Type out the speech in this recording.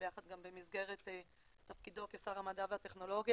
ביחד גם במסגרת תפקידו כשר המדע והטכנולוגיה.